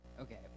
Okay